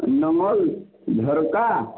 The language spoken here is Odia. ଝରକା